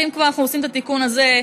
אם כבר אנחנו עושים את התיקון הזה,